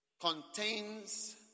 contains